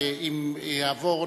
ואם יעבור,